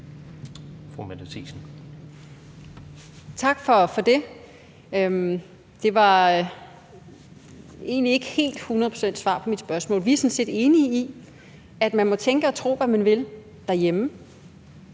Tak for det. Det var egentlig ikke helt hundrede procent svar på mit spørgsmål. Vi er sådan set enige i, at man må tænke og tro, hvad man vil, derhjemme,